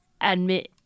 admit